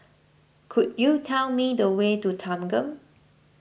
could you tell me the way to Thanggam